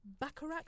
baccarat